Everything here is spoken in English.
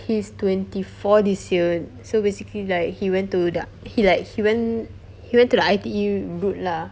he's twenty four this year so basically like he went to the he like he went he went to the I_T_E route lah